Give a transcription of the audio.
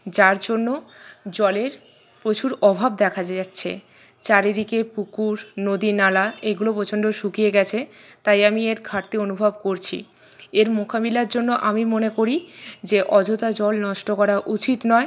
যার জন্য জলের প্রচুর অভাব দেখা যাচ্ছে চারিদিকে পুকুর নদী নালা এগুলো প্রচণ্ড শুকিয়ে গেছে তাই আমি এর ঘাটতি অনুভব করছি এর মোকাবিলার জন্য আমি মনে করি যে অযথা জল নষ্ট করা উচিত নয়